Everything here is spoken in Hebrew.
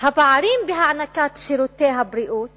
הפערים בהענקת שירותי הבריאות